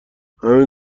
همین